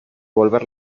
volver